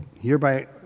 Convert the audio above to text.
hereby